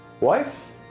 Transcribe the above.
wife